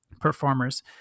performers